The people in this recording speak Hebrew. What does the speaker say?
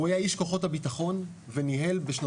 הוא היה איש כוחות הביטחון וניהל בשנים